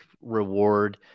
reward